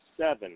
seven